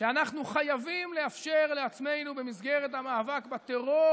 שאנחנו חייבים לאפשר לעצמנו במסגרת המאבק בטרור,